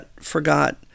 forgot